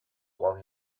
while